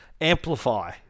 Amplify